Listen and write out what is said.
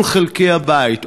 כל חלקי הבית,